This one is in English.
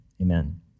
Amen